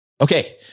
Okay